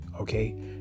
okay